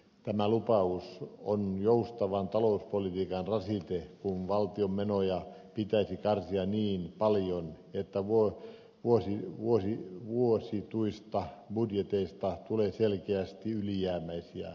tämä lupaus on joustavan talouspolitiikan rasite kun valtion menoja pitäisi karsia niin paljon että vuotuisista budjeteista tulee selkeästi ylijäämäisiä